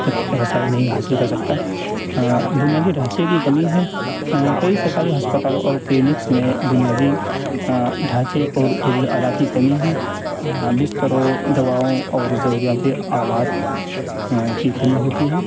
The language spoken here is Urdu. تک رسائی نہیں حاصل کر سکتا بنیادی ڈھانچے کی کمی ہے کئی سرکاری ہسپتالوں اور کلینکس میں بنیادی ڈھانچے اور جدید آلات کی کمی ہے بستروں دواؤں اور ضروریات آلات کی کمی ہوتی ہے